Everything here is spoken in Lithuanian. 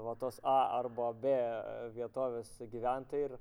va tos a arba b vietovės gyventojai ir